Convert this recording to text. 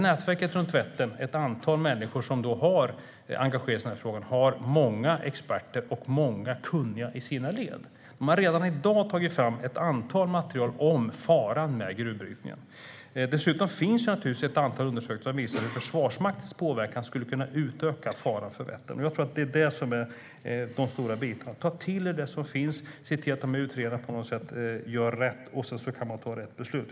Nätverket runt Vättern består av ett antal människor som har engagerat sig i frågan, och de har många experter och många kunniga i sina led. De har redan i dag tagit fram ett antal material om faran med gruvbrytningen. Dessutom finns ett antal undersökningar som visar hur Försvarsmaktens påverkan skulle kunna utöka faran för Vättern. Jag tror att det är det som är de stora bitarna. Ta till er det som finns! Se till att utredarna gör rätt, och sedan kan man fatta rätt beslut.